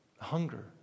hunger